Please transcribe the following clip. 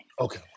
Okay